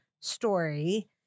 story